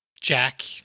Jack